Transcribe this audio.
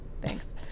thanks